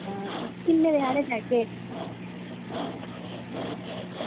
आं किन्ने बजे हारे जाह्गे